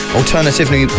alternatively